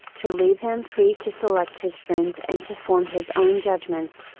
to leave him free to select his friends and to form his own judgments,